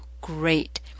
great